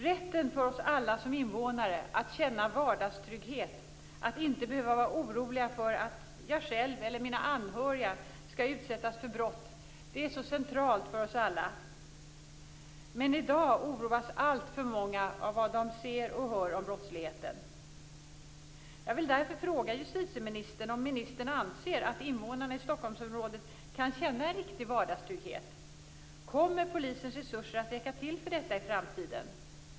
Rätten för oss alla som invånare att känna vardagstrygghet, att inte behöva vara oroliga för att jag själv eller mina anhöriga skall utsättas för brott, är så central för oss alla. Men i dag oroas alltför många av vad de ser och hör om brottsligheten. Jag vill därför fråga justitieministern om ministern anser att invånarna i Stockholmsområdet kan känna en riktig vardagstrygghet. Kommer polisens resurser att räcka till för detta i framtiden?